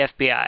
FBI